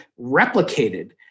replicated